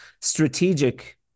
strategic